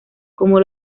como